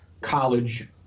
college